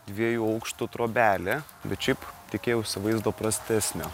dviejų aukštų trobelė bet šiaip tikėjausi vaizdo prastesnio